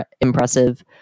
impressive